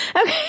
Okay